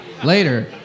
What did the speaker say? later